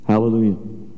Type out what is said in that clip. Hallelujah